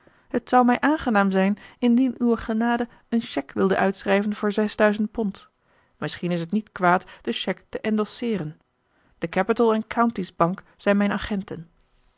het zou mij aangenaam zijn indien uwe genade een chèque wilde uitschrijven voor pond misschien is het niet kwaad de chèque te endosseeren de capital and counties bank zijn mijn agenten